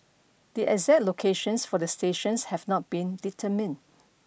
the exact locations for the stations have not been determined